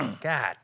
God